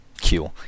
queue